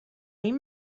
این